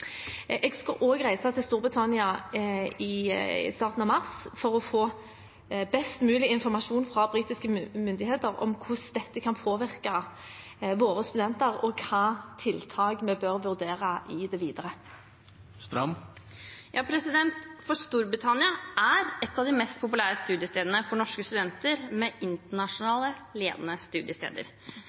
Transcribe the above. Jeg skal også reise til Storbritannia i starten av mars for å få best mulig informasjon fra britiske myndigheter om hvordan dette kan påvirke våre studenter, og hvilke tiltak vi bør vurdere i det videre. Storbritannia er et av de mest populære landene for norske studenter, med internasjonalt ledende studiesteder.